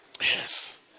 Yes